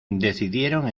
decidieron